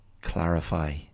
clarify